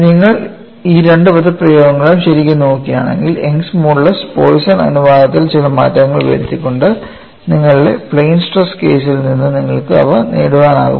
നിങ്ങൾ ഈ രണ്ട് പദപ്രയോഗങ്ങളും ശരിക്കും നോക്കുകയാണെങ്കിൽ യങ്ങ്സ് മോഡുലസ് പോയസൺ അനുപാതത്തിൽ ചില മാറ്റങ്ങൾ വരുത്തിക്കൊണ്ട് നിങ്ങളുടെ പ്ലെയിൻ സ്ട്രെസ് കേസിൽ നിന്ന് നിങ്ങൾക്ക് അവ നേടാനാകുമോ